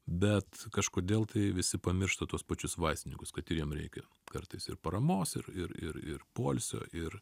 bet kažkodėl tai visi pamiršta tuos pačius vaistininkus kad ir jiem reikia kartais ir paramos ir ir ir ir poilsio ir